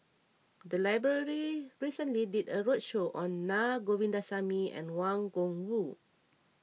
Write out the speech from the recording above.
the library recently did a roadshow on Naa Govindasamy and Wang Gungwu